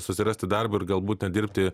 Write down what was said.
susirasti darbą galbūt ten dirbti